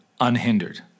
unhindered